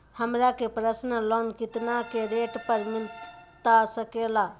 हमरा के personal loan कितना के रेट पर मिलता सके ला?